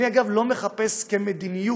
אגב, אני לא מחפש, כמדיניות,